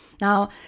Now